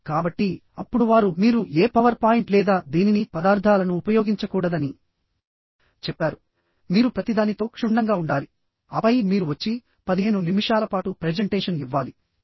కాబట్టి అప్పుడు వారు మీరు ఏ పవర్ పాయింట్ లేదా దేనినీ పదార్థాలను ఉపయోగించకూడదని చెప్పారు మీరు ప్రతిదానితో క్షుణ్ణంగా ఉండాలి ఆపై మీరు వచ్చి 15 నిమిషాల పాటు ప్రెజెంటేషన్ ఇవ్వాలి